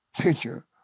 picture